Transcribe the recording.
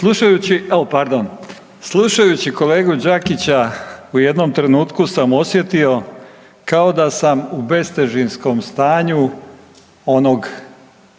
slušajući kolegu Đakića u jednom trenutku sam osjetio kao da sam u bestežinskom stanju onog,